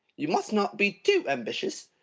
you must not be too ambitious.